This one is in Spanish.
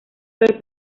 sector